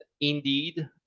indeed